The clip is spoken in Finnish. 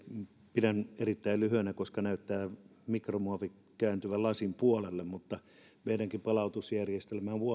pidän tämän erittäin lyhyenä koska näyttää mikromuovi kääntyvän lasin puolelle meidänkin palautusjärjestelmää